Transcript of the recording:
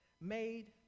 made